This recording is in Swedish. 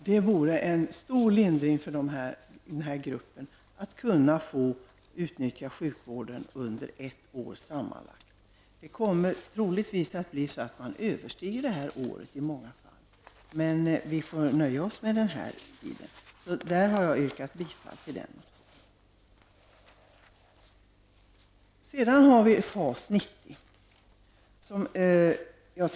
Det vore en stor lindring för den här gruppen att få utnyttja sjukvården under ett år sammanlagt. Troligtvis blir det längre än så i många fall. Men vi nöjer oss med ett år i den delen. Jag yrkar bifall till motionen i detta sammanhang.